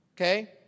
Okay